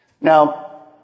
Now